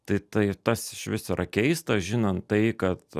tai tai tas išvis yra keista žinant tai kad